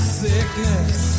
sickness